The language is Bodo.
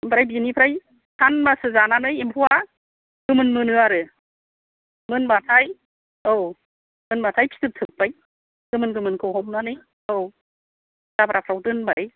ओमफ्राय बिनिफ्राय सानबासो जानानै एम्फौवा गोमोन मोनो आरो मोनबाथाय औ मोनबाथाय फिथोब थोबबाय गोमोन गोमोनखौ हमनानै औ जाब्राफोराव दोनबाय